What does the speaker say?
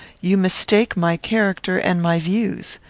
you mistake my character and my views.